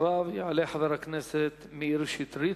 אחריו יעלה חבר הכנסת מאיר שטרית.